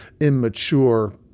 immature